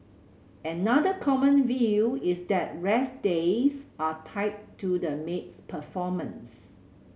another common view is that rest days are tied to the maid's performance